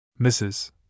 Mrs